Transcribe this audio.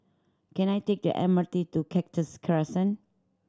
can I take the M R T to Cactus Crescent